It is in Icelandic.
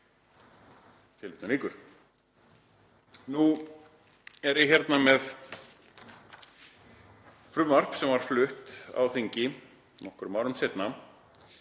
Nú er ég hérna með frumvarp sem var flutt á þingi nokkrum árum seinna,